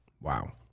Wow